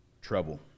trouble